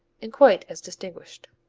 and quite as distinguished.